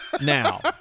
now